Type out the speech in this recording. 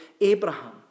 Abraham